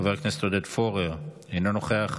חבר הכנסת עודד פורר, אינו נוכח,